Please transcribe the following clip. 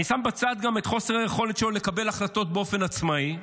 אני שם בצד גם את חוסר היכולת שלו לקבל החלטות באופן עצמאי.